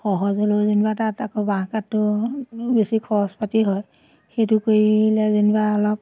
সহজ হ'লেও যেনিবা তাত আকৌ বাঁহ কাঠটো বেছি খৰচ পাতি হয় সেইটো কৰিলে যেনিবা অলপ